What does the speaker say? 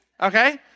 Okay